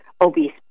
obese